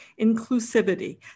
inclusivity